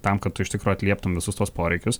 tam kad tu iš tikro atlieptum visus tuos poreikius